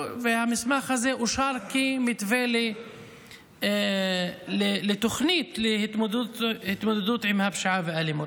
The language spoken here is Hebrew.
והמסמך הזה אושר כמתווה לתוכנית להתמודדות עם הפשיעה והאלימות.